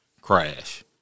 crash